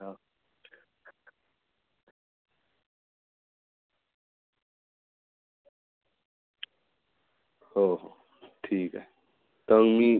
हो हो हो ठीक आहे तर मी